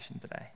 today